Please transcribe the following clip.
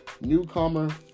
newcomer